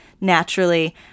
naturally